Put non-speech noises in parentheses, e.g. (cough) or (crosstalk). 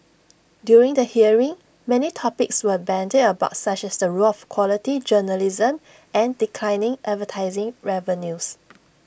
during the hearing many topics were bandied about such as the role of quality journalism and declining advertising revenues (noise)